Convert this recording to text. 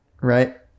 right